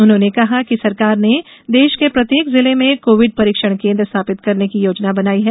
उन्होंने कहा कि सरकार ने देश के प्रत्येक जिले में कोविड परीक्षण केन्द्र स्थापित करने की योजना बनाई है